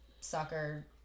soccer